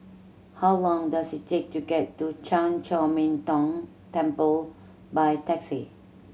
how long does it take to get to Chan Chor Min Tong Temple by taxi